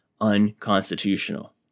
unconstitutional